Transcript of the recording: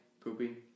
Pooping